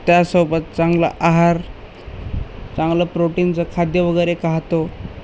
त्यासोबत चांगला आहार चांगलं प्रोटीनचं खाद्य वगैरे खातो